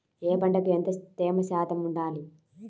ఏ పంటకు ఎంత తేమ శాతం ఉండాలి?